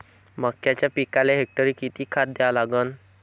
मक्याच्या पिकाले हेक्टरी किती खात द्या लागन?